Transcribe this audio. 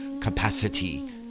Capacity